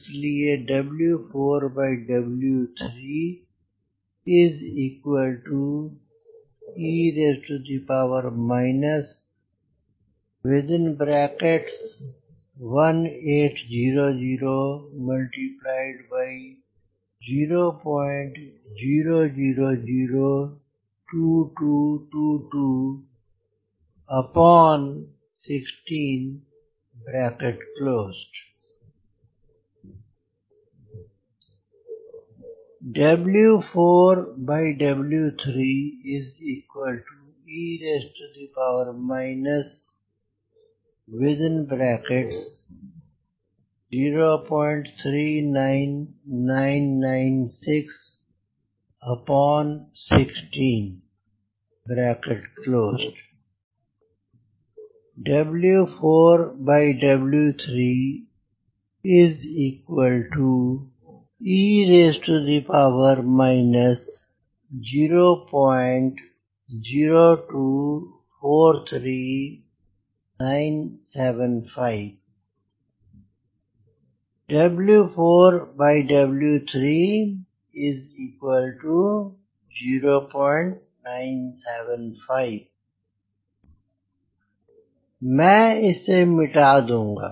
इसलिए e 1800 0 0002222 16 e 039996 16 e e 00243975 0975 मैं इसे मिटा दूंगा